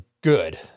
good